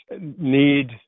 need